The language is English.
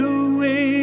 away